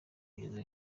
ugeze